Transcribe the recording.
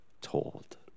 told